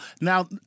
Now